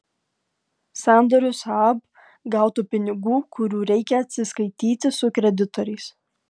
sandoriu saab gautų pinigų kurių reikia atsiskaityti su kreditoriais